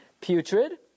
putrid